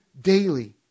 daily